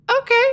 Okay